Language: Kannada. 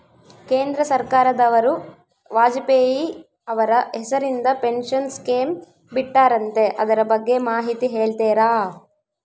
ಕೇಂದ್ರ ಸರ್ಕಾರದವರು ವಾಜಪೇಯಿ ಅವರ ಹೆಸರಿಂದ ಪೆನ್ಶನ್ ಸ್ಕೇಮ್ ಬಿಟ್ಟಾರಂತೆ ಅದರ ಬಗ್ಗೆ ಮಾಹಿತಿ ಹೇಳ್ತೇರಾ?